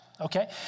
okay